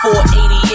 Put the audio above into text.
488